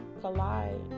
collide